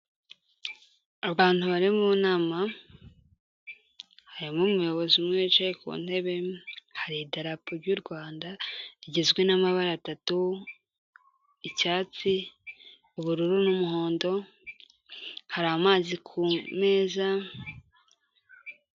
Abantu bari mu nama, harimo umuyobozi umwe wicaye ku ntebe, hari idarapo y'u Rwanda rigizwe n'amabara atatu icyatsi, ubururu n'umuhondo, hari amazi ku meza.